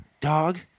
Dog